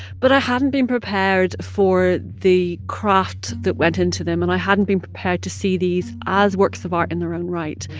but i hadn't been prepared for the craft that went into them. and i hadn't been prepared to see these as works of art in their own right,